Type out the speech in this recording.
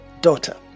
Daughter